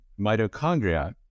mitochondria